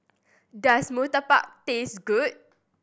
does murtabak taste good